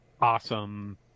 awesome